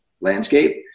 landscape